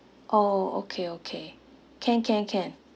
orh okay okay can can can